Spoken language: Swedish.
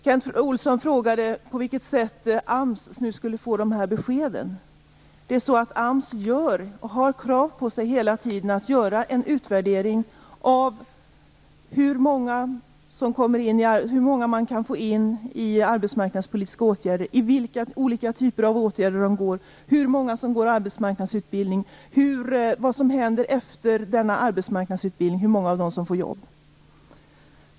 Kent Olsson frågade på vilket sätt AMS nu skall få beskeden. Det är så att AMS hela tiden har krav på sig att göra en utvärdering av hur många man kan få in i arbetsmarknadspolitiska åtgärder, i vilka olika typer av åtgärder de går, hur många som går på arbetsmarknadsutbildning, vad som händer efter denna arbetsmarknadsutbildning och hur många av dem som får jobb.